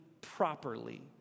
properly